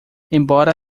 embora